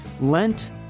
Lent